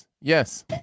yes